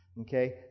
Okay